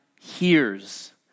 hears